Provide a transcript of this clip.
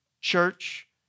Church